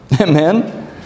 Amen